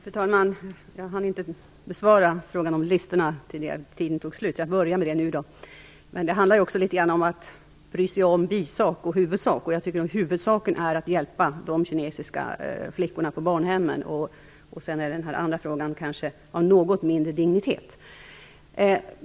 Fru talman! Jag hann inte besvara frågan om listorna tidigare, men jag skall börja med det nu. Det handlar litet grand om huruvida man skall bry sig om huvudsak eller bisak. Jag anser att huvudsaken är att man hjälper de kinesiska flickorna på barnhemmen. Den andra frågan är kanske av något mindre dignitet.